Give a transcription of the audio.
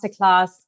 masterclass